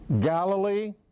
Galilee